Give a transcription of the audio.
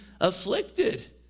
afflicted